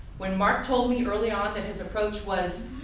when mark told me early on that his approach was,